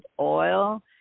oil